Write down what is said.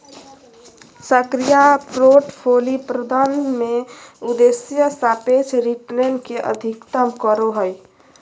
सक्रिय पोर्टफोलि प्रबंधन में उद्देश्य सापेक्ष रिटर्न के अधिकतम करो हइ